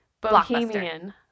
bohemian